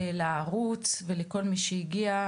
לערוץ ולכל מי שהגיע.